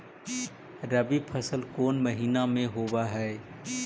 रबी फसल कोन महिना में होब हई?